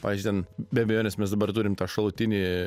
pavyzdžiui ten be abejonės mes dabar turim tą šalutinį